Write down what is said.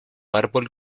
árbol